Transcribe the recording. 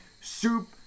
soup